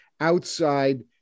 outside